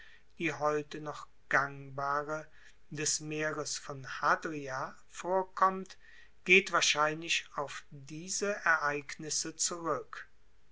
die heute noch gangbare des meeres von hadria vorkommt geht wahrscheinlich auf diese ereignisse zurueck